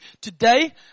today